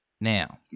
Now